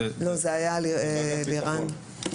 לא, זה היה אצל לירן.